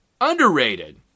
Underrated